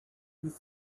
with